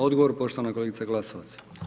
Odgovor poštovana kolegica Glasovac.